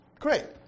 Great